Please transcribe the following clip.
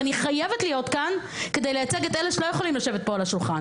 ואני חייבת להיות כאן כדי לייצג את אלה שלא יכולים לשבת פה לשולחן.